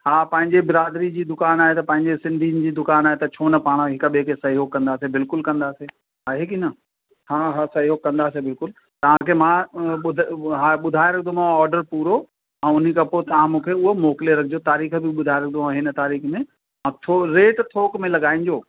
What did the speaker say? हा पंहिंजी बिरादरी जी दुकान आहे त पंहिंजे सिंधियुनि जी दुकान आहे त छो न पाणि हिकु ॿिए खे सहयोग कंदासीं बिल्कुलु कंदासीं आहे कि न हा हा सहयोग कंदासीं बिल्कुलु तव्हांखे मां ॿुध हा ॿुधाए रखंदोमांव ऑडर पूरो ऐं हिन खां पोइ तव्हां मूंखे उहो मोकिले रखिजो तारीख़ बि ॿुधाए रखंदोमांव हिन तारीख़ में ऐं थो रेट थोक में लॻाइजो